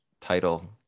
title